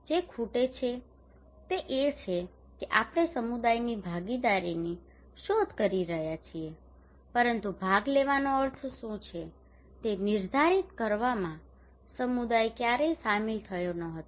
જે ખૂટે છે તે એ છે કે આપણે સમુદાયોની ભાગીદારીની શોધ કરી રહ્યા છીએ પરંતુ ભાગ લેવાનો અર્થ શું છે તે નિર્ધારિત કરવામાં સમુદાય ક્યારેય સામેલ થયો ન હતો